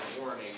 warning